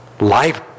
life